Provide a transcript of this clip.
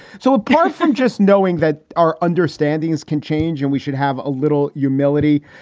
so apart from just knowing that our understanding is can change and we should have a little you melody.